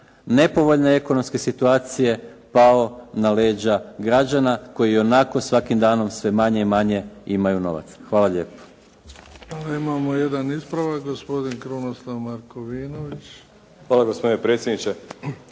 nepovoljne ekonomske situacije pao na leđa građana koji ionako svakim danom sve manje i manje imaju novaca. Hvala lijepo. **Bebić, Luka (HDZ)** Hvala. Imamo jedan ispravak. Gospodin Krunoslav Markovinović. **Markovinović,